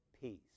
peace